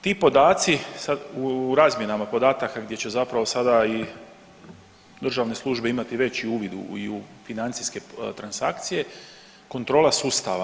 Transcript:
Ti podaci sad u razmjenama podataka gdje će zapravo sada i državne službe imati veći uvid i u financijske transakcije kontrola sustava.